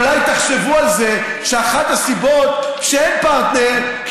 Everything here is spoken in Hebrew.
אולי תחשבו על זה שאחת הסיבות שאין פרטנר היא